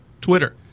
Twitter